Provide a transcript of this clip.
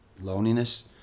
loneliness